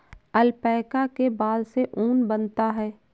alpaca के बाल से ऊन बनता है